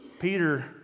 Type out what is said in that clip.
Peter